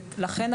לכן,